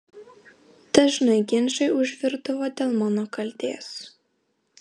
dažnai ginčai užvirdavo dėl mano kaltės